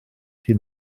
hyn